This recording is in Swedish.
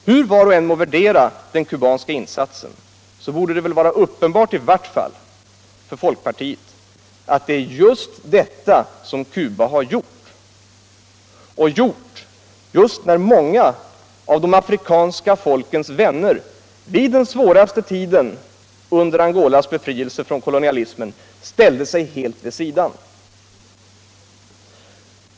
Hur var och en än må värdera den kubanska insatsen så borde det i vart fall vara uppenbart för folkpartiet att det är detta Cuba har gjort, och gjort just när många av de afrikanska folkens vänner i den svåraste tiden under Angolas befrielse från kolonialismen ställde sig helt vid sidan.